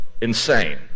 insane